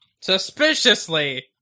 Suspiciously